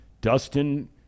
Dustin